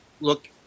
look